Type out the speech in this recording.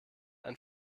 ein